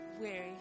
weary